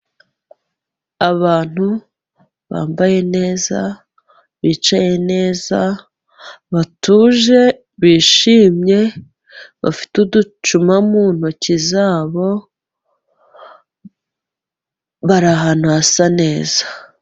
Abantu bambaye neza bicaye neza batuje bishimye, bafite uducuma mu ntoki zabo bari ahantu hasa neza.